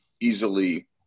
easily